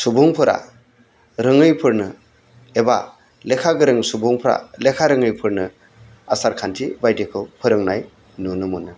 सुबुंफोरा रोङैफोरनो एबा लेखा गोरों सुबुंफ्रा लेखा रोङैफोरनो आसारखान्थि बायदिखौ फोरोंनाय नुनो मोनो